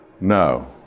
No